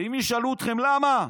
ואם ישאלו אתכם למה,